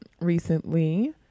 Recently